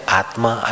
atma